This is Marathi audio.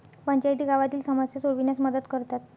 पंचायती गावातील समस्या सोडविण्यास मदत करतात